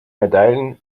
medaillen